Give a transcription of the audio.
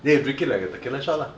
then you drink it like a tequila shot lah